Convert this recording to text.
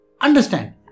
understand